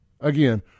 again